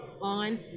on